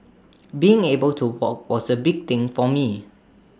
being able to walk was A big thing for me